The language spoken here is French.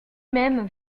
même